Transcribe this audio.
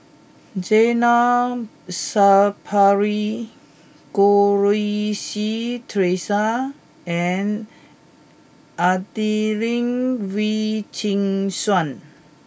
Zainal Sapari Goh Rui Si Theresa and Adelene Wee Chin Suan